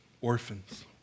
orphans